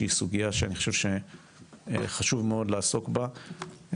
שהיא סוגיה שאני חושב שחשוב מאוד לעסוק בה,